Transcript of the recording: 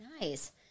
Nice